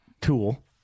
tool